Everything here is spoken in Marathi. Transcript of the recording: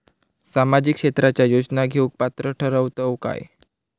सामाजिक क्षेत्राच्या योजना घेवुक पात्र ठरतव काय?